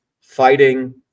fighting